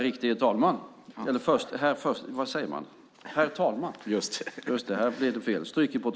Herr talman!